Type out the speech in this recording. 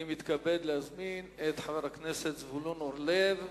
אני מתכבד להזמין את חבר הכנסת זבולון אורלב,